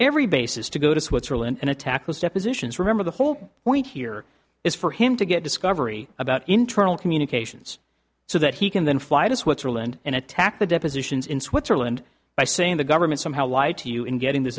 every basis to go to switzerland and attack those depositions remember the whole point here is for him to get discovery about internal communications so that he can then fly to switzerland and attack the depositions in switzerland by saying the government somehow lied to you in getting th